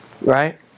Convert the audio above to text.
right